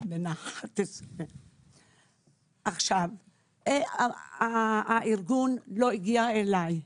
בן 11. הארגון לא הגיע אליי.